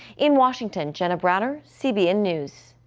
in washington, jenna browner, cbn news.